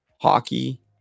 Hockey